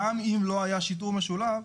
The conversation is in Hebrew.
גם אם לא היה שיטור משולב,